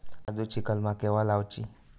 काजुची कलमा केव्हा लावची?